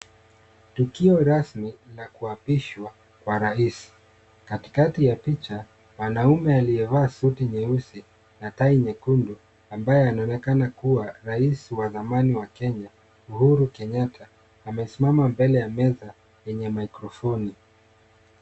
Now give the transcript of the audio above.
Tukio rasmi la kuapishwa kwa rais. Katikati ya picha, wanaume aliyevaa suti nyeusi na tai nyekundu ambaye anaonekana kuwa rais wa zamani wa Kenya Uhuru Kenyatta amesimama mbele ya meza yenye microphone .